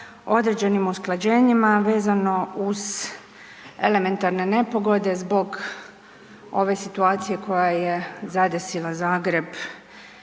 određenim usklađenjima vezano uz elementarne nepogode zbog ove situacije koja je zadesila Zagreb